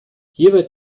hierbei